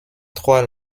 trois